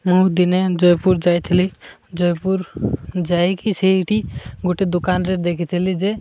ମୁଁ ଦିନେ ଜୟପୁର ଯାଇଥିଲି ଜୟପୁର ଯାଇକି ସେଇଠି ଗୋଟେ ଦୋକାନରେ ଦେଖିଥିଲି ଯେ